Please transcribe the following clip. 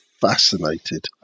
fascinated